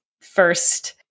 first